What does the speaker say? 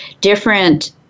different